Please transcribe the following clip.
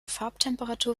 farbtemperatur